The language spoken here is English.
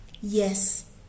yes